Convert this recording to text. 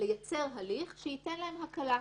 לייצר הליך שייתן להם הקלה.